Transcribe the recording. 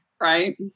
right